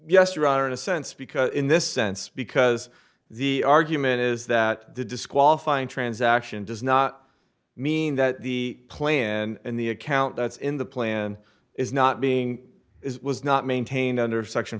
honor in a sense because in this sense because the argument is that the disqualifying transaction does not mean that the play and the account that's in the plan is not being it was not maintained under section